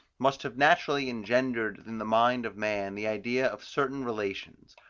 must have naturally engendered in the mind of man the idea of certain relations.